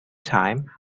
time